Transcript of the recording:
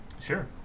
Sure